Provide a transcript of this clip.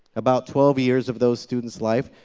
about twelve years of those students' lives,